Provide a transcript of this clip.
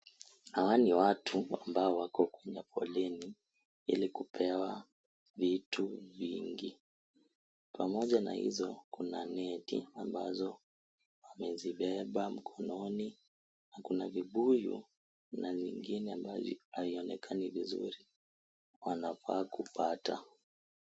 Hawa ni watu ambao wako kwenye foleni ili kupewa vitu vingi pamoja na hizo kuna neti ambazo wamezibeba mkononi na kuna vivutio na vingine ambavyo havionekani vizuri wanafaa kupata .